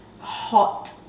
hot